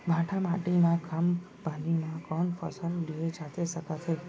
भांठा माटी मा कम पानी मा कौन फसल लिए जाथे सकत हे?